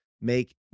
make